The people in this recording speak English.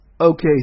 Okay